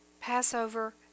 Passover